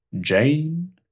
Jane